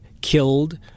killed